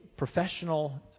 Professional